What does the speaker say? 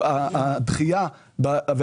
יש תוכנית הבראה כוללת שיש בה גם שלוש רגליים,